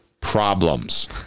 problems